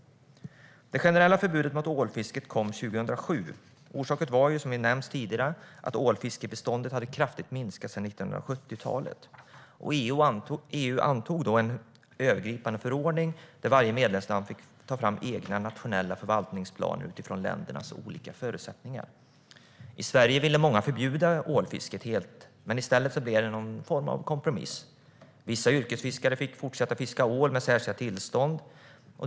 Det generella förbudet mot ålfisket kom 2007. Orsaken var, som har nämnts tidigare, att ålbeståndet kraftigt hade minskat sedan 1970-talet. EU antog då en övergripande förordning, och varje medlemsland fick ta fram egna nationella förvaltningsplaner utifrån ländernas olika förutsättningar. I Sverige ville många förbjuda ålfisket helt, men i stället blev det någon form av kompromiss. Vissa yrkesfiskare fick fortsätta fiska ål med särskilda tillstånd.